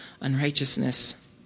unrighteousness